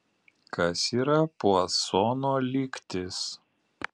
kas yra puasono lygtis